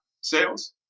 sales